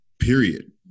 period